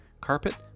carpet